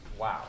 Wow